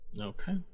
Okay